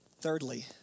Thirdly